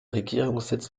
regierungssitz